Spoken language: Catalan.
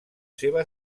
seva